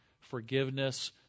forgiveness